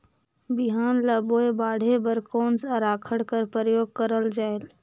बिहान ल बोये बाढे बर कोन सा राखड कर प्रयोग करले जायेल?